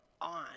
on